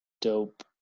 dope